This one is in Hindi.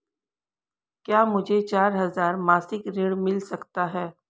क्या मुझे चार हजार मासिक ऋण मिल सकता है?